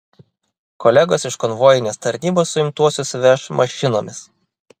kolegos iš konvojinės tarnybos suimtuosius veš mašinomis